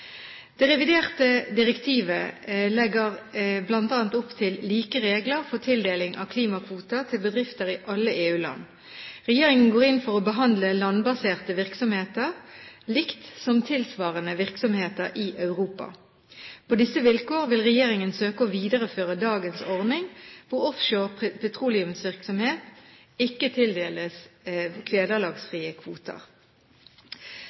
Det reviderte direktivet legger bl.a. opp til like regler for tildeling av klimakvoter til bedrifter i alle EU-land. Regjeringen går inn for å behandle landbaserte virksomheter likt som tilsvarende virksomheter i Europa. På visse vilkår vil regjeringen søke å videreføre dagens ordning hvor offshore petroleumsaktivitet ikke tildeles